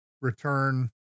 return